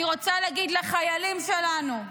אני רוצה להגיד לחיילים שלנו,